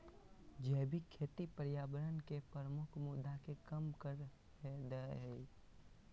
जैविक खेती पर्यावरण के प्रमुख मुद्दा के कम कर देय हइ